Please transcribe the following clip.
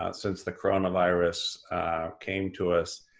ah since the coronavirus came to us,